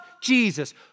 Jesus